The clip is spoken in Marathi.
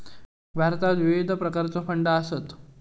भारतात विविध प्रकारचो फंड आसत